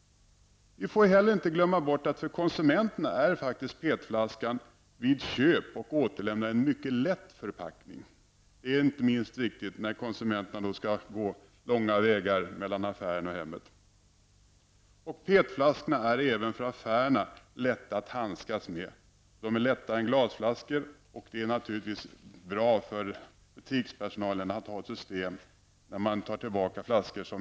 Vi får inte heller glömma bort att PET-flaskan faktiskt är en mycket lätt förpackning för konsumenterna vid köp och återlämnande. Detta är inte minst viktigt när konsumenterna skall gå långa vägar mellan affären och hemmet. PET-flaskorna är även lätta för affärerna att handskas med. De är lättare än glasflaskor och det är naturligtvis bra för butikspersonalen att ha ett system som inte blir så tungt när man tar tillbaka flaskor.